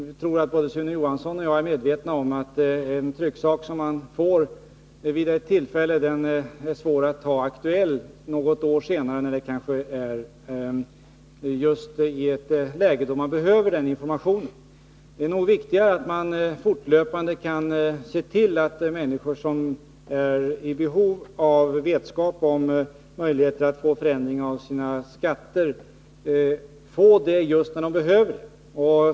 Jag tror att Sune Johansson liksom jag är medveten om att en trycksak som man får vid ett tillfälle är svår att ha aktuell något år senare, just i ett läge då man behöver informationen. Det är viktigare att fortlöpande se till att människor som behöver känna till möjligheterna att få förändringar av skatten får informationen just när de behöver den.